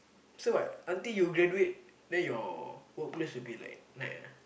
so what until you graduate then your workplace will be like night ah